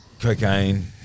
Cocaine